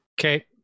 okay